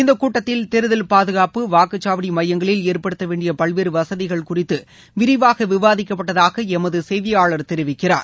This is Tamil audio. இந்தக் கூட்டத்தில் தேர்தல் பாதுகாப்பு வாக்குச்சாவடி மையங்களில் ஏற்படுத்த வேண்டிய பல்வேறு வசதிகள் குறித்து விரிவாக விவாதிக்கப்பட்டதாக எமது செய்தியாளர் தெரிவிக்கிறார்